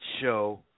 show